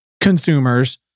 consumers